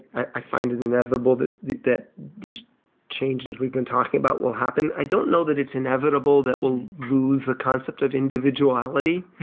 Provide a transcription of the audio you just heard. i find it inevitable that that these changes we've been talking about will happen. i don't know that it's inevitable that we'll lose the concept of individuality.